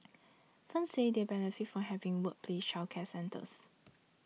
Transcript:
firms said they benefit from having workplace childcare centres